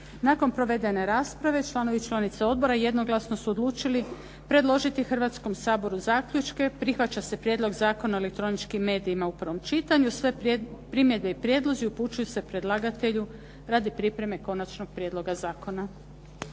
Nakon provedene rasprave članovi i članice odbora jednoglasno su odlučili predložiti Hrvatskom saboru zaključke. Prihvaća se Prijedlog zakona o elektroničkim medijima u prvom čitanju. Sve primjedbe, prijedlozi upućuju se predlagatelju radi pripreme konačnog prijedloga zakona.